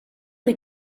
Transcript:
des